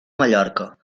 mallorca